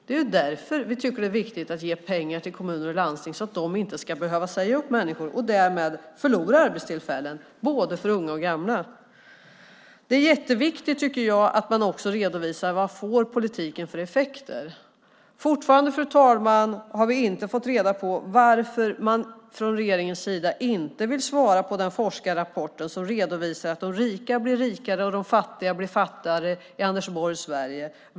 Det är därför vi tycker att det är viktigt att ge pengar till kommuner och landsting så att de inte ska behöva säga upp människor och därmed förlora arbetstillfällen för både unga och gamla. Det är viktigt att också redovisa vad politiken får för effekter. Fortfarande, fru talman, har vi inte fått reda på varför man från regeringens sida inte vill svara på den forskarrapport som redovisar att de rika blir rikare och de fattiga blir fattigare i Anders Borgs Sverige.